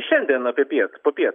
šiandien apie piet popiet